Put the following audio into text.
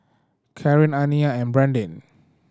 Karen Aniya and Brandin